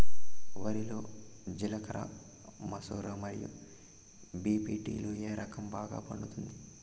వరి లో జిలకర మసూర మరియు బీ.పీ.టీ లు ఏ రకం బాగా పండుతుంది